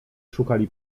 szukali